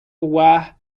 were